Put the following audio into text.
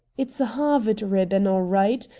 it's a harvard ribbon, all right,